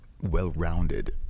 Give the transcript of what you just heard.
well-rounded